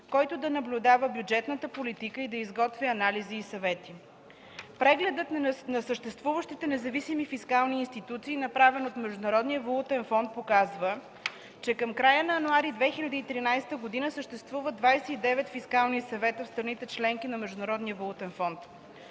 който да наблюдава бюджетната политика и да изготвя анализи и съвети.” Прегледът на съществуващите независими фискални институции, направен от Международния валутен фонд, показва, че към края на месец януари 2013 г. съществуват 29 фискални съвета в страните – членки на Международния валутен фонд.